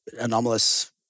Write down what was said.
anomalous